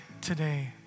today